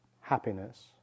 happiness